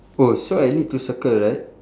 oh so I need to circle right